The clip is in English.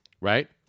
right